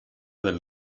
del